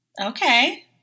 Okay